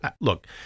Look